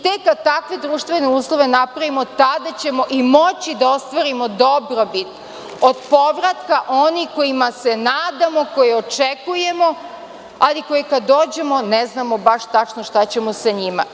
Tek kad takve društvene uslove napravimo tada ćemo i moći da ostvarimo dobrobit od povratka onih kojima se nadamo, koje očekujemo, ali koji kada dođu, ne znamo baš tačno šta sa njima.